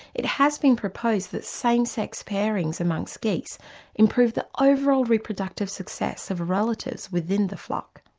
it has been proposed that same sex pairings amongst geese improve the overall reproductive success of relatives within the flock.